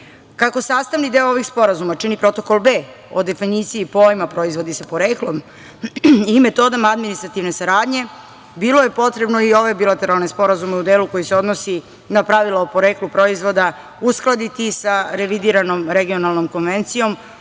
EFTA.Kako sastavni deo ovih sporazuma čini protokol B o definiciji pojma proizvodi sa poreklom i metodom administrativne saradnje bilo je potrebno i ove bilateralne sporazume u delu koji se odnosi na pravila o poreklu proizvoda uskladiti sa Revidiranom regionalnom konvencijom